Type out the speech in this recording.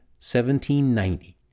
1790